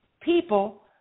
people